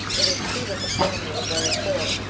it is true that the family were very poor,